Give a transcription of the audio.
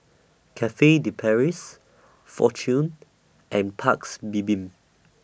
Cafe De Paris Fortune and Paik's Bibim